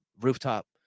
Rooftop